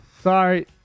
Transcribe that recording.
sorry